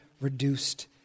reduced